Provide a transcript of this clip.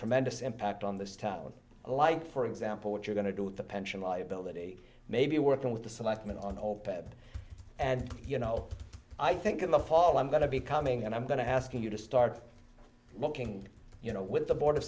tremendous impact on this talent like for example what you're going to do with the pension liability maybe working with the selectmen on all peb and you know i think in the fall i'm going to be coming and i'm going to ask you to start looking you know with the board